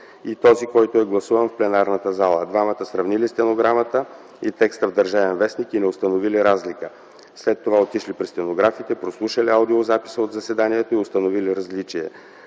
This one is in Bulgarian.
и този, който е гласуван в пленарната зала. Двамата сравнили стенограмата и текста в „Държавен вестник” и не установили разлика. След това отишли при стенографите, прослушали аудиозаписа от заседанието и установили различие.